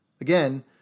Again